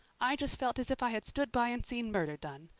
i just felt as if i had stood by and seen murder done.